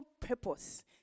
purpose